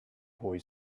boy